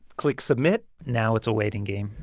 clicks submit. now it's a waiting game,